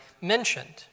mentioned